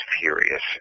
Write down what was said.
furious